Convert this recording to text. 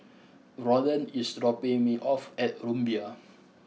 Rolland is dropping me off at Rumbia